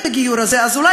את הכתובות, ואולי